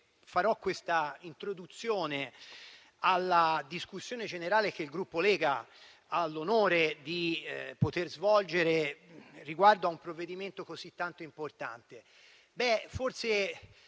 di questa introduzione alla discussione generale che il Gruppo Lega ha l'onore di poter svolgere riguardo a un provvedimento così tanto importante.